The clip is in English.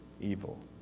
evil